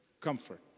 comfort